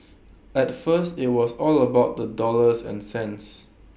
at first IT was all about the dollars and cents